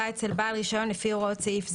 אצל בעל הרישיון לפי הוראות סעיף זה.